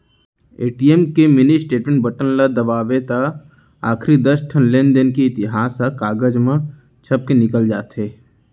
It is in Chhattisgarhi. ए.टी.एम के मिनी स्टेटमेंट बटन ल दबावें त आखरी दस ठन लेनदेन के इतिहास ह कागज म छपके निकल जाथे